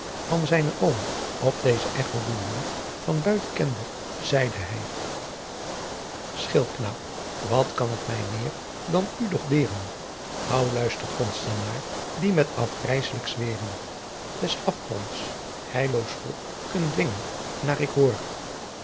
van zijnen oom op deze echo doelende van buiten kende zeide hij schildknaap wat kan't my meer dan u doch deeren hou luistert konstenaar die met afgrijslijk zweeren des afgronds heilloos volk kunt dwingen naar ik hoor